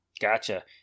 Gotcha